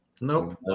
Nope